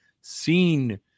seen